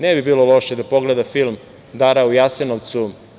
Ne bi bilo loše da pogleda film „Dara u Jasenovcu“